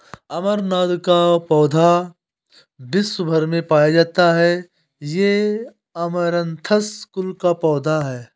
अमरनाथ का पौधा विश्व् भर में पाया जाता है ये अमरंथस कुल का पौधा है